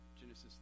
Genesis